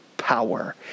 power